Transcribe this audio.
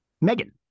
Megan